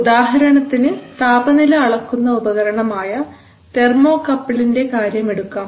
ഉദാഹരണത്തിന് താപനില അളക്കുന്ന ഉപകരണമായ തെർമോകപ്പിളിന്റെ കാര്യമെടുക്കാം